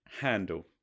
handle